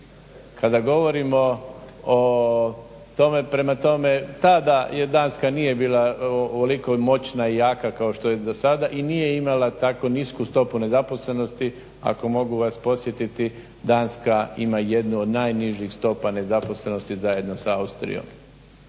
Kada govorimo o tome, prema tome tada je Danska nije bila ovoliko moćna i jaka kao što je do sada i nije imala tako nisku stopu nezaposlenosti, ako mogu vas podsjetiti Danska ima jednu od najnižih stopa nezaposlenosti zajedno s Austrijom.